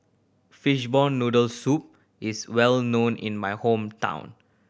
fishball noodle soup is well known in my hometown